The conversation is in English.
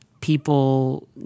people